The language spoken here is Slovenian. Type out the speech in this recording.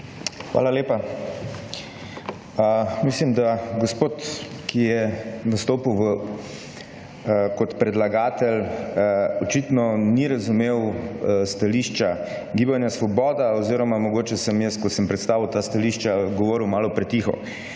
Hvala lepa. Mislim, da gospod, ki je nastopil kot predlagatelj očitno ni razumel stališča Gibana Svoboda oziroma mogoče sem jaz ko sem predstavil ta stališča govoril malo pretiho.